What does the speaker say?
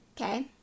okay